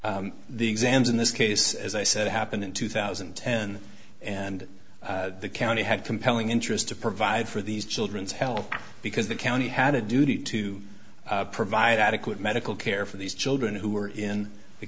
the exams in this case as i said happened in two thousand and ten and the county had compelling interest to provide for these children's health because the county had a duty to provide adequate medical care for these children who were in the